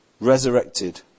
resurrected